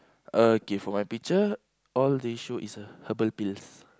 okay for my picture all they show is a herbal pills